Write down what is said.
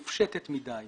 מופשטת מדי